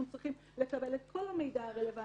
אנחנו צריכים לקבל את כל המידע הרלוונטי.